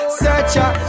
searcher